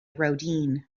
rodin